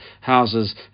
houses